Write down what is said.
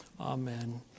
amen